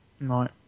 Right